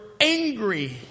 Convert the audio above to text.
angry